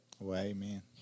Amen